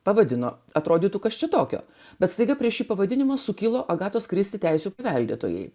pavadino atrodytų kas čia tokio bet staiga prieš šį pavadinimą sukilo agatos kristi teisių paveldėtojai